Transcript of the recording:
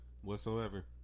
Whatsoever